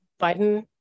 Biden